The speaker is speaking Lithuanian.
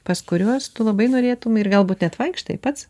pas kuriuos tu labai norėtum ir galbūt net vaikštai pats